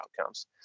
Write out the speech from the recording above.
outcomes